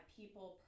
people